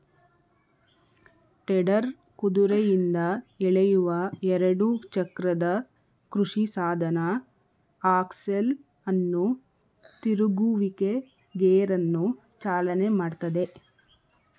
tedder ಕುದುರೆಯಿಂದ ಎಳೆಯುವ ಎರಡು ಚಕ್ರದ ಕೃಷಿಸಾಧನ ಆಕ್ಸೆಲ್ ಅನ್ನು ತಿರುಗುವಿಕೆ ಗೇರನ್ನು ಚಾಲನೆ ಮಾಡ್ತದೆ